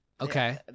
Okay